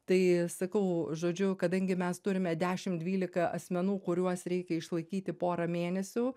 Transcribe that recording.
tai sakau žodžiu kadangi mes turime dešim dvylika asmenų kuriuos reikia išlaikyti porą mėnesių